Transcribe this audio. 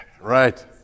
right